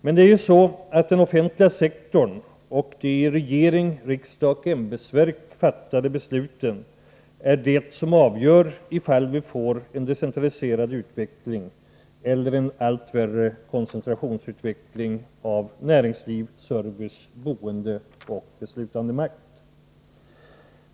Men det är ju den offentliga sektorn och de i regering, riksdag och ämbetsverk fattade besluten som avgör ifall vi får en decentraliseringsutveckling eller en allt värre koncentrationsutveckling av näringsliv, service, boende och beslutandemakt.